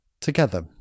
Together